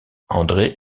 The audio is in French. andré